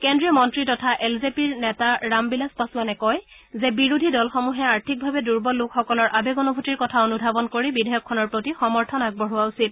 কেন্দ্ৰীয় মন্ত্ৰী তথা এল জে পিৰ নেতা ৰামবিলাস পাছোৱানে কয় যে বিৰোধী দলসমূহে আৰ্থিকভাৱে দুৰ্বল লোকসকলৰ আবেগ অনুভূতিৰ কথা অনুধাৱন কৰি বিধেয়কখনৰ প্ৰতি সমৰ্থন আগবঢ়োৱা উচিত